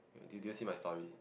do you do you see my stories